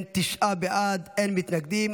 אם כן, תשעה בעד, אין מתנגדים.